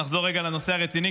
נחזור רגע לנושא הרציני.